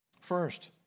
First